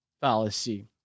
fallacy